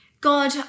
God